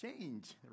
change